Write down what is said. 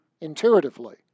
intuitively